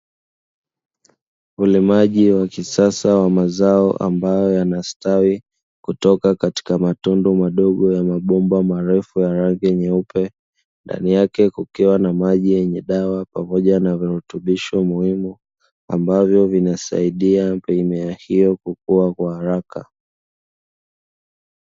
Ulimaji wa kisasa wa mazao ambayo yanastawi kutoka katika matundu madogo ya mabomba marefu ya rangi nyeupe, ndani yake kukiwa na maji yenye dawa pamoja na virutubisho muhimu, ambavyo vinasaidia mimea hiyo kukua kwa haraka.